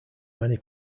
many